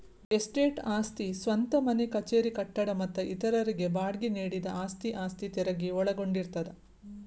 estate ಆಸ್ತಿ ಸ್ವಂತ ಮನೆ ಕಚೇರಿ ಕಟ್ಟಡ ಮತ್ತ ಇತರರಿಗೆ ಬಾಡ್ಗಿ ನೇಡಿದ ಆಸ್ತಿ ಆಸ್ತಿ ತೆರಗಿ ಒಳಗೊಂಡಿರ್ತದ